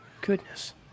Goodness